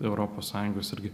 europos sąjungos irgi